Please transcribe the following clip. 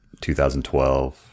2012